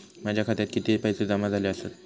माझ्या खात्यात किती पैसे जमा झाले आसत?